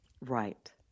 Right